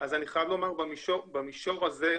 אז אני חייב לומר במישור הזה,